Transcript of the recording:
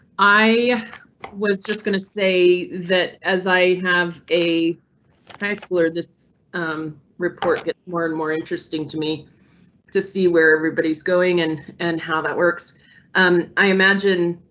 i was just going to say that as i have a high schooler, this report gets more and more interesting to me to see where everybody's going and and how that works um i imagine.